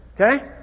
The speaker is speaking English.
okay